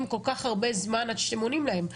כל כך הרבה זמן עד שאתם עונים להם?